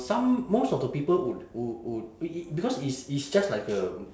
some most of the people would would would it it because it's it's just like a